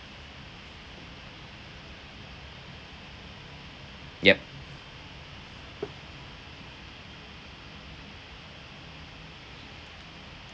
yup